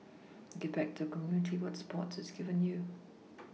give back to the community what sports has given you